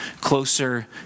closer